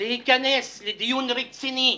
ולהיכנס לדיון רציני